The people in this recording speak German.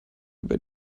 über